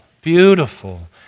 beautiful